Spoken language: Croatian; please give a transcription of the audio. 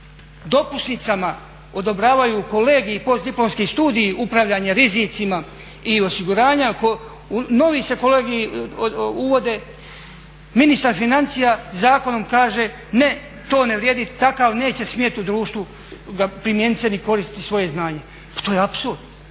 dopusnicama odobravaju kolegiji i post diplomski studiji upravljanja rizicima i osiguranja, novi se kolegiji uvode, ministar financija zakonom kaže ne to ne vrijedi, takav neće smjet u društvu primijenit se ni koristiti svoje znanje. Pa to je apsurd!